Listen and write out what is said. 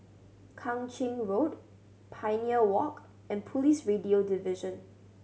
Kang Ching Road Pioneer Walk and Police Radio Division